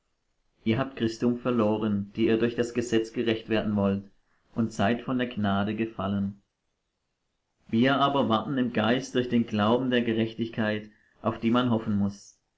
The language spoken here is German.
ihr habt christum verloren die ihr durch das gesetz gerecht werden wollt und seid von der gnade gefallen wir aber warten im geist durch den glauben der gerechtigkeit auf die man hoffen muß